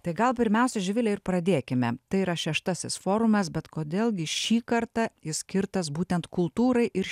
tai gal pirmiausia živile ir pradėkime tai yra šeštasis forumas bet kodėl gi šį kartą jis skirtas būtent kultūrai ir